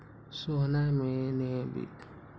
सोहना ने वित्तीय अपराध करे के बात स्वीकार्य कइले है